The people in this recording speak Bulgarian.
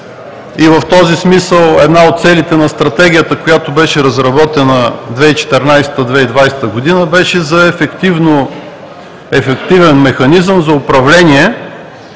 В този смисъл една от целите на Стратегията, която беше разработена – 2014 – 2020 г., беше за ефективен механизъм за управление